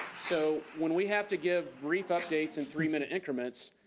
so when we have to give brief updates in three minute increments,